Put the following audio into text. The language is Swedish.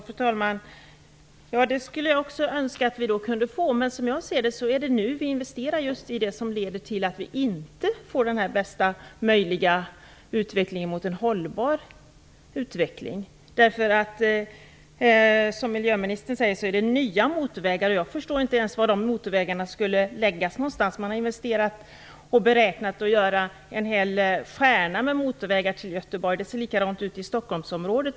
Fru talman! Jag skulle också önska att vi kunde få det, men som jag ser det investerar vi nu i just det som gör att vi inte får den här bästa möjliga planeringen mot en hållbar utveckling. Som miljöministern säger gäller det nya motorvägar. Jag förstår inte ens var dessa motorvägar skulle läggas någonstans. Man har investerat och beräknat för en hel stjärna med motorvägar till Göteborg, och det ser likadant ut i Stockholmsområdet.